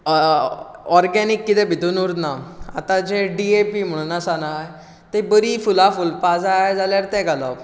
organic कितें भितूर उरना आतां जे कितें डी ए पी म्हुणून आसा न्हय ती बरीं फुलां फुलपा जाय जाल्यार तें घालप